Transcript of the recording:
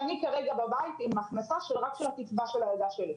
אני כרגע בית עם הכנסה שהיא רק קצבת שמקבלת הילדה שלי.